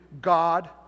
God